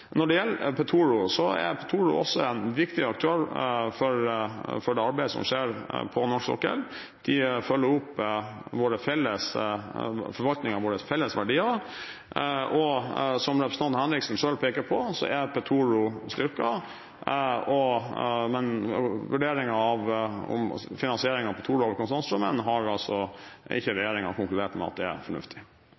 Når det gjelder Petoro, er de også en viktig aktør for det arbeidet som skjer på norsk sokkel. De følger opp forvaltningen av våre felles verdier. Som representanten Henriksen selv peker på, er Petoro styrket, men når det gjelder vurderingen av finansiering av Petoro over kontantstrømmen, har ikke